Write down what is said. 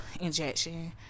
injection